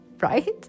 right